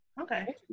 Okay